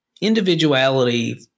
Individuality